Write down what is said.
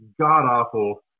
god-awful